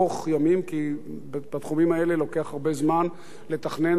כי בתחומים האלה לוקח הרבה זמן לתכנן ולהקים.